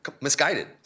misguided